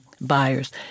buyers